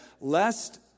Lest